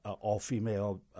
all-female